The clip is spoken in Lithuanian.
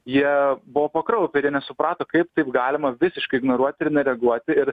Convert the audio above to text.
jie buvo pakraupę ir jie nesuprato kaip galima visiškai ignoruoti ir nereaguoti ir